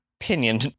opinion